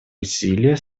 усилия